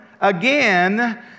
again